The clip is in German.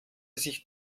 sich